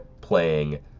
playing